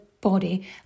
body